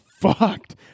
fucked